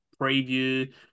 preview